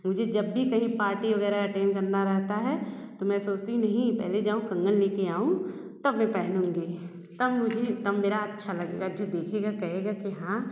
मुझे जब भी कहीं पार्टी वगैरह अटैन करना रहता है तो मैं सोचती हूँ नहीं पहले जाऊँ कंगन ले कर आऊँ तब मैं पहनूँगी तब मुझे तब मेरा अच्छा लगेगा जो देखेगा वह कहेगा की हाँ